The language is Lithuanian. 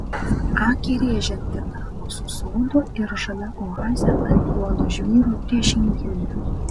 akį rėžianti namo su sodu ir žalia oaze ant juodo žvyro priešingybė